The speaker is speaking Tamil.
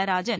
நடராஜன்